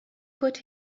put